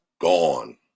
gone